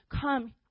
come